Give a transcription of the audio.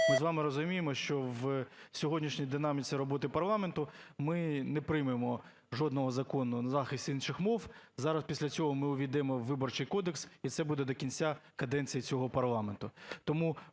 ми з вами розуміємо, що в сьогоднішній динаміці роботи парламенту ми не приймемо жодного закону на захист інших мов. Зараз після цього ми увійдемо в Виборчий кодекс, і це буде до кінця каденції цього парламенту.